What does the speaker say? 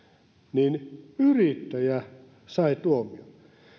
niin yrittäjä sai tuomion